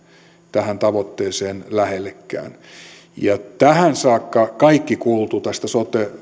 tähän tavoitteeseen lähellekään tähän saakka kaikki kuultu tästä sote